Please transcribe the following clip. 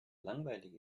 langweilig